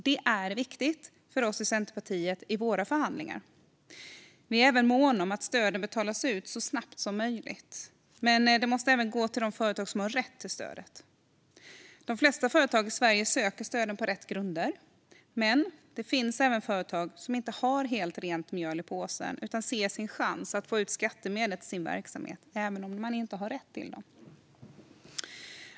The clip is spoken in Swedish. Detta är viktigt för oss i Centerpartiet i våra förhandlingar. Vi är även måna om att stöden betalas ut så snabbt som möjligt, men det måste gå till de företag som har rätt till stödet. De flesta företag i Sverige söker stöden på rätt grunder, men det finns även företag som inte har helt rent mjöl i påsen utan ser sin chans att få ut skattemedel till sin verksamhet även om de inte har rätt till dem.